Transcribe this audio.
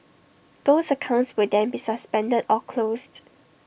those accounts will then be suspended or closed